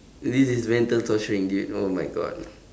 this is mental torturing dude oh my god